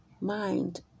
mind